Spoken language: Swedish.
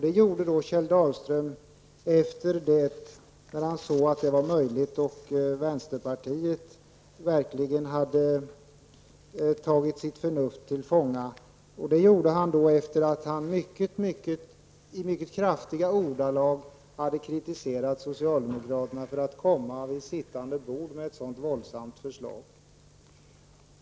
Det gjorde Kjell Dahlström när han såg att det var möjligt och vänsterpartiet verkligen hade tagit sitt förnuft till fånga. Det gjorde han efter det att han i mycket kraftiga ordalag hade kritiserat socialdemokraterna för att under pågående sammanträde komma med ett så våldsamt förslag.